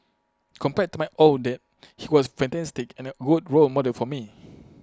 compared to my own dad he was fantastic and A good role model for me